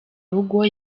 rugo